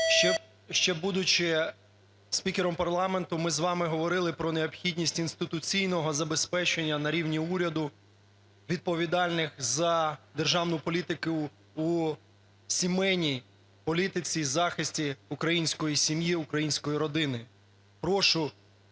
Ще будучи спікером парламенту, ми з вами говорили про необхідність інституційного забезпечення на рівні уряду відповідальних за державну політику у сімейній політиці і захисті української сім'ї і української родини. Прошу